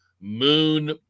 Moon